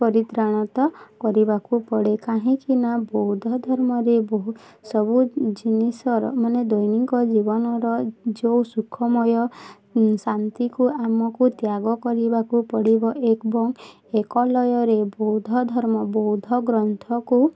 ପରିତ୍ରାଣ ତ କରିବାକୁ ପଡ଼େ କାହିଁକିନା ବୌଦ୍ଧ ଧର୍ମରେ ବହୁ ସବୁ ଜିନିଷର ମାନେ ଦୈନିକ ଜୀବନର ଯେଉଁ ସୁଖମୟ ଶାନ୍ତିକୁ ଆମକୁ ତ୍ୟାଗ କରିବାକୁ ପଡ଼ିବ ଏବଂ ଏକ ଲୟରେ ବୌଦ୍ଧ ଧର୍ମ ବୌଦ୍ଧ ଗ୍ରନ୍ଥକୁ